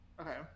okay